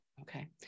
Okay